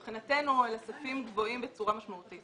הספים מבחינתנו הם גבוהים בצורה משמעותית.